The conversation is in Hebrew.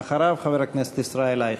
אחריו, חבר הכנסת ישראל אייכלר.